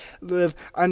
live